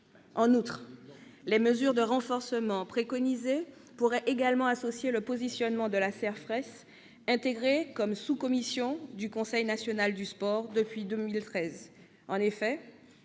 En outre, les mesures de renforcement préconisées pourraient également associer le positionnement de la CERFRES, intégrée comme sous-commission du Conseil national du sport depuis 2013.